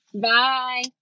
Bye